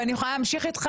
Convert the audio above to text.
ואני יכולה להמשיך איתך,